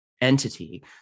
entity